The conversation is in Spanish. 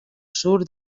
sur